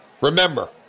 remember